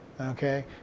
Okay